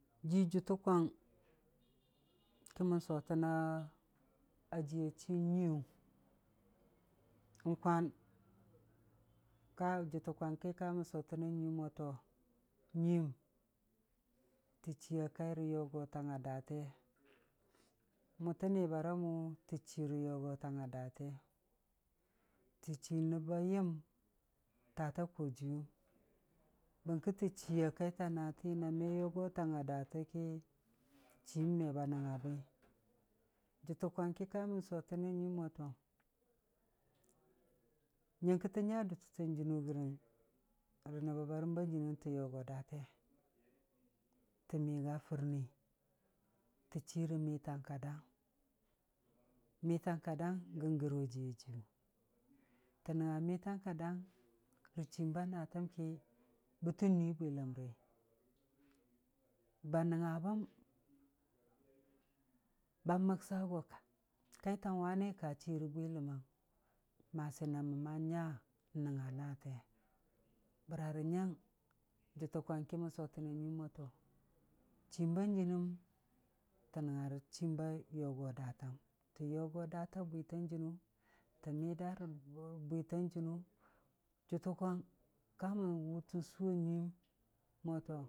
Jii jəttə kwang ki mən sotəna jiiya chiin nyuiiyu, n'kwan, karə jətə kwang ki kamən sotəna nyuiim mo to, nyuiim, tə chiiya kai rə yogotang a daate, mʊ tən ni bara mʊtə chii rə yogotang a daate, tə chii nəb ba yəm taata koojiiyu wʊmi, bərkə tə chiiya kaita naati na me yogotanga daatə ki, chiim me ba nəngnga bwi, jəttə kwane ki kamən sotəna nyuiim mo, toi nyəngkə tə nya dutəttan jɨnu rə gəng, rə nəb bə barəm ba, jɨnim tə yogo daate, tə niga furnii, tə chii rə mitang ka daang, mitang ka daang gən gɨrojiiya jiiyu, tə nəngnga mitang ka daang rə chiim ba naatəm ki bətə nuii bwiləmri, ba nəngnga bəm, ba məgsa go ka, kaitan wanei ka chii rə bwiləmang, masi na məmma nya nəngnga naate, bəra rə nyang, jʊtə kwong ki mən sotəna nyuiim moto, chiim ba jɨnɨm tə nəngnga rə chiim ba yogo daatəm, tə yogo daata bwitan jɨnu, tə mida rə bwitan jɨnu, jʊtə kwong kamən wʊtən suu a nyuiim motan.